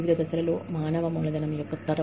వివిధ దశలలో మానవ మూలధనం యొక్క తరం